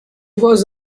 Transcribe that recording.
was